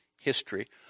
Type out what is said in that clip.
history